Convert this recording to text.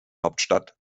hauptstadt